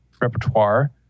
repertoire